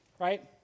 right